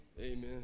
Amen